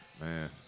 man